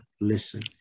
listen